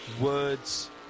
Words